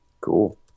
Cool